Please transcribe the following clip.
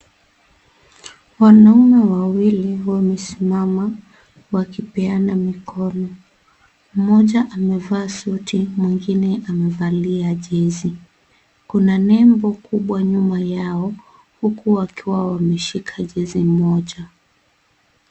Wanaume wawili, wamesimama, wakipeana mikono. Mmoja amevaa suti, mwingine amevalia jezi. Kuna nembo kubwa nyuma yao, huku wakiwa wakishika jezi moja.